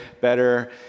better